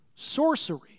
sorcery